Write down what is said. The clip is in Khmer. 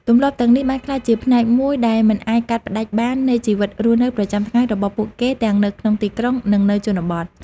ទម្លាប់ទាំងនេះបានក្លាយជាផ្នែកមួយដែលមិនអាចកាត់ផ្តាច់បាននៃជីវិតរស់នៅប្រចាំថ្ងៃរបស់ពួកគេទាំងនៅក្នុងទីក្រុង និងនៅជនបទ។